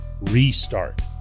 restart